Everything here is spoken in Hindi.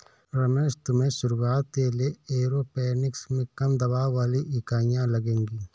रमेश तुम्हें शुरुआत के लिए एरोपोनिक्स में कम दबाव वाली इकाइयां लगेगी